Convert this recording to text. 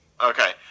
Okay